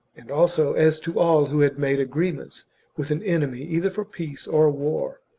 and also as to all who had made agreements with an enemy either for peace or war.